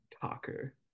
talker